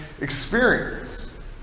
experience